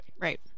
Right